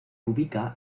ubica